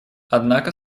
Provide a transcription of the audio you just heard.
однако